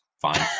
fine